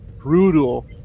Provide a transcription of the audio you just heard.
brutal